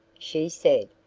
she said,